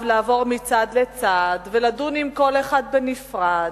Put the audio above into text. לעבור מצד לצד ולדון עם כל אחד בנפרד,